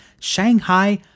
Shanghai